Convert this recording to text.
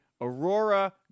Aurora